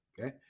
okay